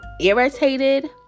irritated